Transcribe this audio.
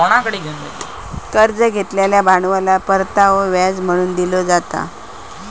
कर्ज घेतलेल्या भांडवलात परतावो व्याज म्हणून दिलो जाता